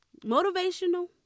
Motivational